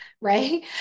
Right